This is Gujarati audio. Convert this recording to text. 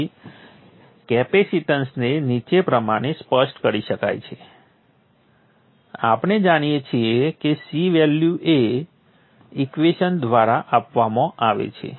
તેથી કેપેસિટેન્સને નીચે પ્રમાણે સ્પષ્ટ કરી શકાય છે આપણે જાણીએ છીએ કે C વેલ્યુ એ ઇક્વેશન દ્વારા આપવામાં આવે છે